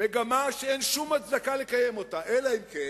מגמה שאין שום הצדקה לקיים אותה, אלא אם כן